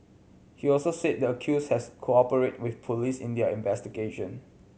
he also said the accused has cooperated with police in their investigation